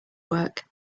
work